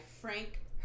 Frank